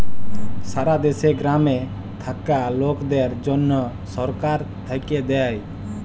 সারা দ্যাশে গ্রামে থাক্যা লকদের জনহ সরকার থাক্যে দেয়